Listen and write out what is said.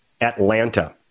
atlanta